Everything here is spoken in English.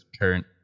current